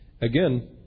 Again